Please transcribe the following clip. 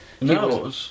No